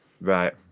right